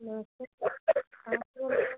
नमस्ते कहाँ पर हो